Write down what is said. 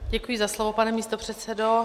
Děkuji za slovo, pane místopředsedo.